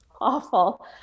awful